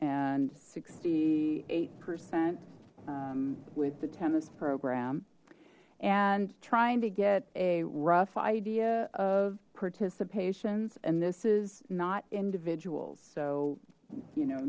and sixty eight percent with the tennis program and trying to get a rough idea of participation and this is not individuals so you know